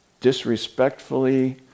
disrespectfully